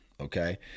Okay